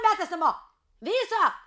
metas namo vėsą